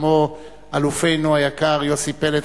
כמו אלופנו היקר יוסי פלד,